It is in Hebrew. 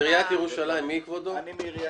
אני מנהל